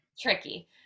tricky